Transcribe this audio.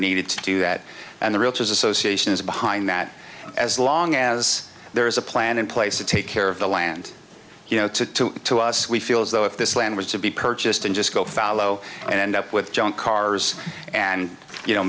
needed to do that and the realtors association is behind that as long as there is a plan in place to take care of the land you know to to us we feel as though if this land was to be purchased and just go fallow and end up with junk cars and you know